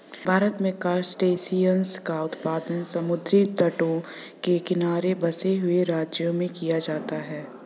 भारत में क्रासटेशियंस का उत्पादन समुद्री तटों के किनारे बसे हुए राज्यों में किया जाता है